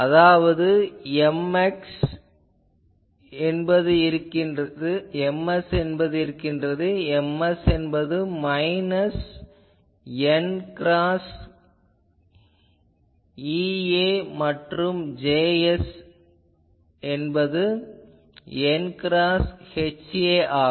அதாவது Ms என்பது இருக்கிறது Ms என்பது மைனஸ் n கிராஸ் Ea மற்றும் Js என்பது n கிராஸ் Ha ஆகும்